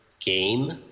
game